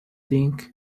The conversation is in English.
think